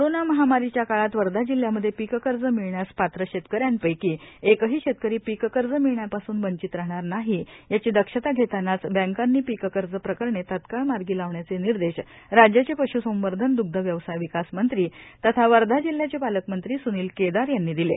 corona महामारीच्या काळात वर्धा जिल्ह्यामध्ये पीक कर्ज मिळण्यास पात्र शेतक यांपैकी एकही शेतकरी पीक कर्ज मिळण्यापासून वंचित राहणार नाही याची दक्षता घेतानाच बँकांनी पीक कर्ज प्रकरणे तात्काळ मार्गी लावण्याचे निर्देश राज्याचे पश्संवर्धन द्ग्ध व्यवसाय विकास मंत्री तथा वर्धा जिल्ह्याचे पालकमंत्री सुनील केदार यांनी दिले